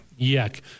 Yuck